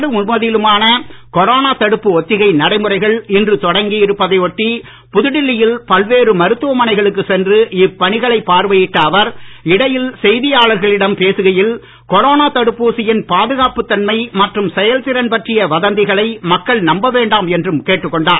நாடு முழுவதிலுமான கொரோனா தடுப்பு ஒத்திகை நடைமுறைகள் இன்று தொடங்கி இருப்பதை ஒட்டி புதுடில்லியில் பல்வேறு மருத்துவமனைகளுக்கு சென்று இப்பணிகளை பார்வையிட்ட அவர் இடையில் செய்தியாளர்களிடம் பேசுகையில் கொரோனா தடுப்பூசியின் பாதுகாப்புத் தன்மை மற்றும் செயல்திறன் பற்றிய வதந்திகளை மக்கள் நம்ப வேண்டாம் என்றும் கேட்டுக் கொண்டார்